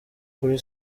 kuri